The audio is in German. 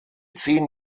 zehn